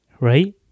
right